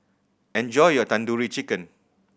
enjoy your Tandoori Chicken